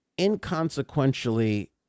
inconsequentially